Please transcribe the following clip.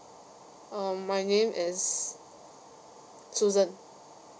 um my name is susan